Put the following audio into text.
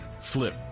flip